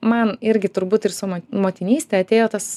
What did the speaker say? man irgi turbūt ir su mo motinyste atėjo tas